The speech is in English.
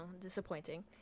Disappointing